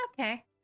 Okay